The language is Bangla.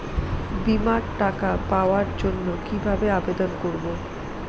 বিমার টাকা পাওয়ার জন্য কিভাবে আবেদন করব?